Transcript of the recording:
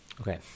okay